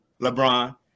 LeBron